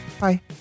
Bye